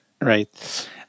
Right